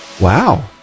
Wow